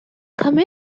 come